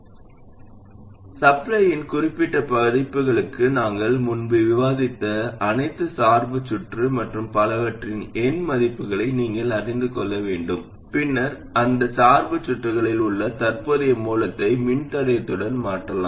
எந்தச் சுற்றுக்கும் இதைச் செய்யலாம் சப்ளையின் குறிப்பிட்ட மதிப்புகளுக்காக நாங்கள் முன்பு விவாதித்த அனைத்து சார்பு சுற்று மற்றும் பலவற்றின் எண் மதிப்புகளை நீங்கள் அறிந்து கொள்ள வேண்டும் பின்னர் அந்த சார்பு சுற்றுகளில் உள்ள தற்போதைய மூலத்தை மின்தடையத்துடன் மாற்றலாம்